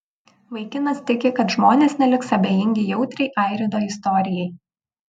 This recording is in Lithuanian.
vaikinas tiki kad žmonės neliks abejingi jautriai airido istorijai